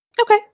Okay